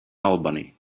albany